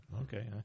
Okay